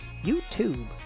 YouTube